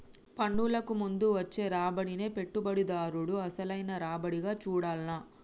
పన్నులకు ముందు వచ్చే రాబడినే పెట్టుబడిదారుడు అసలైన రాబడిగా చూడాల్ల